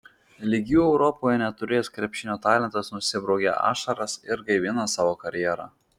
lygių europoje neturėjęs krepšinio talentas nusibraukė ašaras ir gaivina savo karjerą